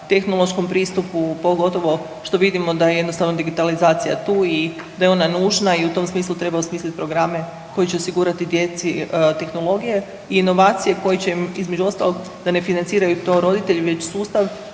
tehnološkom pristupu pogotovo što vidimo da je jednostavno digitalizacija tu i da je ona nužna i u tom smislu treba osmisliti programe koji će osigurati djeci tehnologije i inovacije koje će im između ostalog da ne financiraju to roditelji već sustav